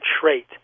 trait